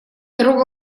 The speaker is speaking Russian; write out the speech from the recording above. дорога